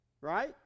Right